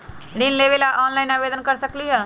ऋण लेवे ला ऑनलाइन से आवेदन कर सकली?